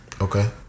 okay